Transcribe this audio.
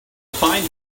find